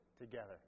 together